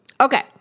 Okay